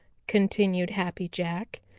continued happy jack.